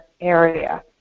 area